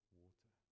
water